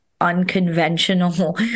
unconventional